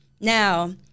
now